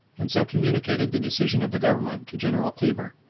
and so communicated the decision of the government to general kleber.